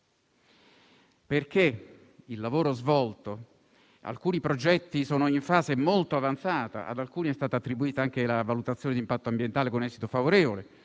tutto da capo? Alcuni progetti, infatti, sono in fase molto avanzata. Ad alcuni è stata attribuita anche la valutazione di impatto ambientale con esito favorevole